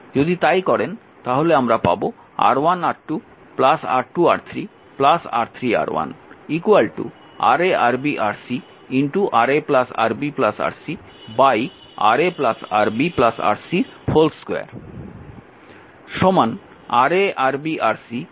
যদি তাই করেন তাহলে আমরা পাব R1R2 R2R3 R3R1 Ra Rb Rc Ra Rb Rc Ra Rb Rc2 Ra Rb Rc Ra Rb Rc